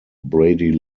brady